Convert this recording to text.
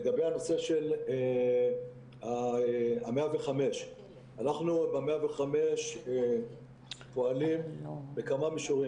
בנושא של 105 אנחנו פועלים בכמה מישורים.